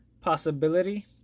possibility